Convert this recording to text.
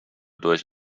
durch